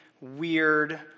weird